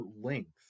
length